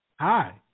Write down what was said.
Hi